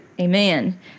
Amen